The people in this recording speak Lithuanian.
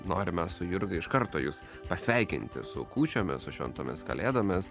norime su jurga iš karto jus pasveikinti su kūčiomis su šventomis kalėdomis